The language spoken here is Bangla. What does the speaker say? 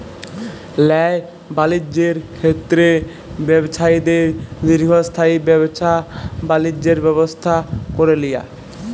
ল্যায় বালিজ্যের ক্ষেত্রে ব্যবছায়ীদের দীর্ঘস্থায়ী ব্যাবছা বালিজ্যের ব্যবস্থা ক্যরে লিয়া